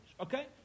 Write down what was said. Okay